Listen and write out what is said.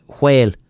whale